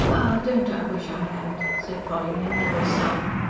don't i wish i had! said polly, and drew a sigh.